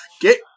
Get